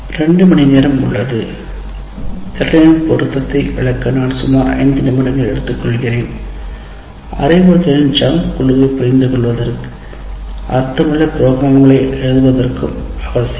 2 மணி நேரம் உள்ளன திறனின் பொருத்தத்தை விளக்க நான் சுமார் 5 நிமிடங்கள் எடுத்துக்கொள்கிறேன் அறிவுறுத்தலின் ஜம்ப் குழுவைப் புரிந்துகொள்வது அர்த்தமுள்ள புரோகிராம்களை எழுதுவதற்கு அவசியம்